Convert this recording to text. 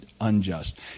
unjust